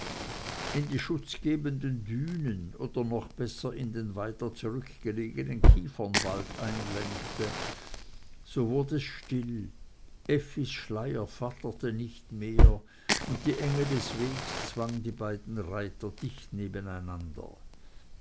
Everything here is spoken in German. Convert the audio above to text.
in die schutzgebenden dünen oder noch besser in den weiter zurückgelegenen kiefernwald einlenkte so wurd es still effis schleier flatterte nicht mehr und die enge des wegs zwang die beiden reiter dicht nebeneinander